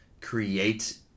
create